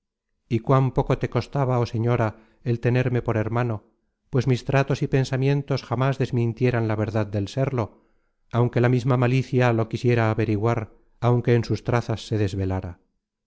y cuán poco te costaba oh señora el tenerme por hermano pues mis tratos y pensamientos jamas desmintieran la verdad de serlo aunque la misma malicia lo quisiera averiguar aunque en sus trazas se desvelara